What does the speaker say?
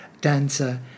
dancer